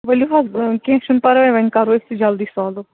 ؤلِو حظ کیٚنہہ چھُنہٕ پرواے وۄنۍ کَرَو أسۍ یہِ جلدی سالُو